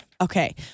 Okay